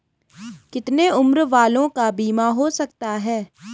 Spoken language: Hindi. कितने उम्र वालों का बीमा हो सकता है?